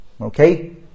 Okay